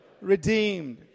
redeemed